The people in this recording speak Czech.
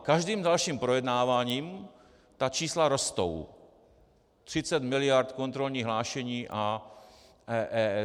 Každým dalším projednáváním ta čísla rostou 30 mld. kontrolní hlášení a EET.